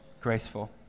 Graceful